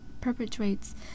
perpetuates